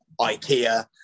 IKEA